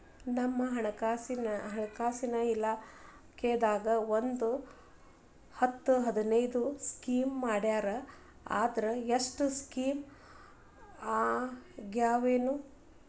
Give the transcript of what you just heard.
ನಮ್ ಹಣಕಾಸ್ ಇಲಾಖೆದಾಗ ಒಂದ್ ಹತ್ತ್ ಹದಿನೈದು ಸ್ಕೇಮ್ ಮಾಡ್ಯಾರ ಅದ್ರಾಗ ಎಷ್ಟ ಸಕ್ಸಸ್ ಆಗ್ಯಾವನೋ